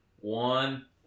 One